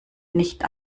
nicht